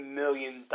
million